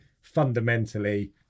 fundamentally